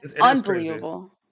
unbelievable